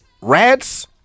Rats